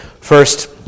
First